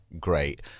great